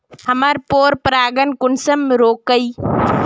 हमार पोरपरागण कुंसम रोकीई?